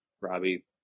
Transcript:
Robbie